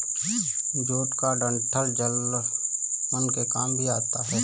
jute का डंठल जलावन के काम भी आता है